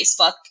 Facebook